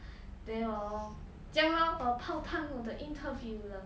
then hor 这样 lor 我泡汤我的 the interview 了